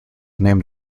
named